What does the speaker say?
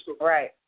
Right